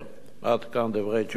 עד כאן דברי תשובתי.